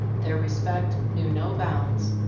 their respect knew no bounds.